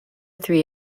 three